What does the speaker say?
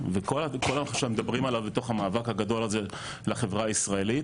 וכל מה שאנחנו מדברים עליו בתוך המאבק הגדול הזה לחברה הישראלית,